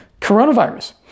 coronavirus